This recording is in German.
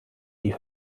die